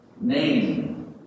name